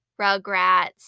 Rugrats